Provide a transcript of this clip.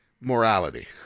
morality